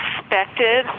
expected